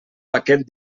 paquet